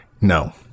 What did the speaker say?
no